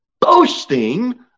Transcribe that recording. boasting